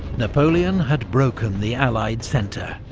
napoleon had broken the allied centre.